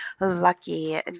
lucky